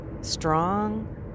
strong